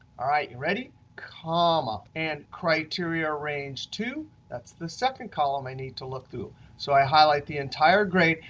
all right. you ready? comma and criteria range two. that's the second column i need to look through. so i highlight the entire grade.